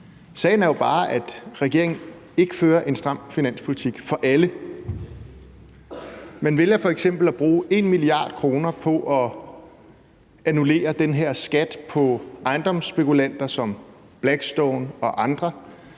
Sagen er jo bare, at regeringen ikke fører en stram finanspolitik for alle. Man vælger f.eks. at bruge 1 mia. kr. på at annullere den her skat på ejendomsspekulanter som Blackstone og andre